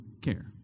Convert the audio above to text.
care